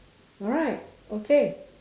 alright okay